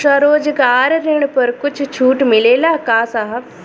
स्वरोजगार ऋण पर कुछ छूट मिलेला का साहब?